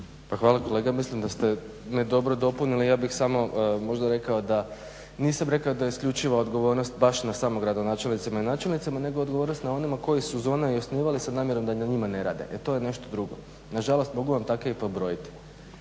Hvala kolega. Mislim da ste ne dobro dopunili. Ja bih samo možda rekao da nisam rekao da je isključiva odgovornost baš na samo gradonačelnicima i načelnicima, nego je odgovornost na onima koji su zone i osnivali sa namjerom da na njima ne rade. E to je nešto drugo. Na žalost mogu vam take i pobrojiti,